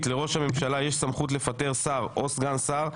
לראש הממשלה יש סמכות לפטר שר או סגן שר,